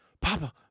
Papa